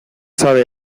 sabe